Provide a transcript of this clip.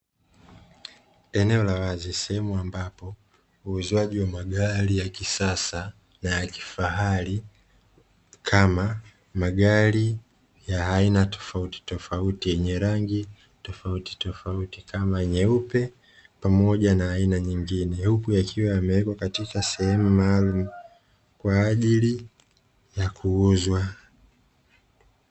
Eneo la wazi sehemu ambapo uuzaji wa gari ya kisasa na ya kifahari kama magari ya aina tofautitofauti yenye rangi tofautitofauti kama nyeupe pamoja na aina nyingine, huku yakiwa yamewekwa sehemu maalumu kwa ajili ya kuuzwa.